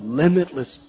limitless